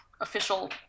official